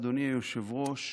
אדוני היושב-ראש,